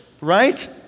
right